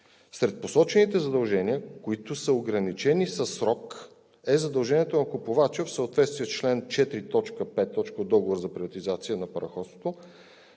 Сред посочените задължения, които са ограничени със срок, е задължение на купувача в съответствие с чл. 4, т. 5 от Договора за приватизация на Параходството,